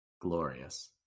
glorious